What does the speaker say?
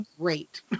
great